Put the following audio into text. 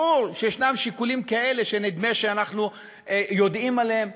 ברור שיש שיקולים כאלה שנדמה שאנחנו יודעים עליהם,